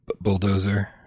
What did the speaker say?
bulldozer